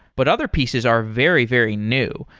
but other pieces are very, very new?